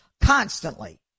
constantly